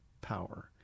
power